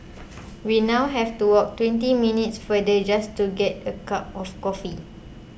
we now have to walk twenty minutes farther just to get a cup of coffee